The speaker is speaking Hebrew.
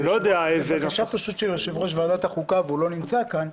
הבקשה היא פשוט של יושב-ראש ועדת החוקה והוא לא נמצא כאן.